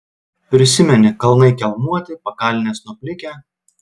prisimeni kalnai kelmuoti pakalnės nuplikę